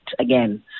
again